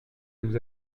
nous